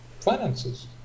finances